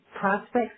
prospects